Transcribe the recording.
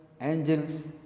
angels